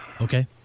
Okay